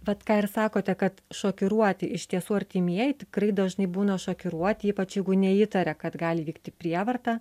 vat ką ir sakote kad šokiruoti iš tiesų artimieji tikrai dažnai būna šokiruoti ypač jeigu neįtaria kad gali vykti prievarta